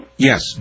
Yes